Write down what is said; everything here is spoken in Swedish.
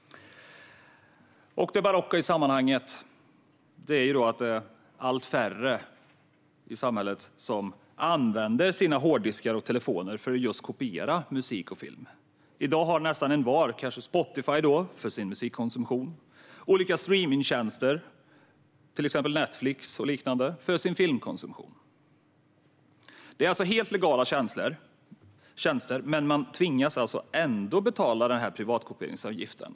Det barocka i sammanhanget är att allt färre i samhället använder sina hårddiskar och telefoner för att kopiera musik och film. I dag har nästan envar kanske Spotify för sin musikkonsumtion och olika streamningstjänster, till exempel Netflix och liknande, för sin filmkonsumtion. Det är alltså helt legala tjänster, men man tvingas ändå att betala privatkopieringsavgiften.